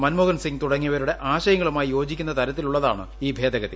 മൻമോഹൻ സിങ് തുടങ്ങിയവരുടെ ആശയങ്ങളുമായി യോജിക്കുന്ന തരത്തിലുള്ളതാണ് ഈ ഭേദഗതി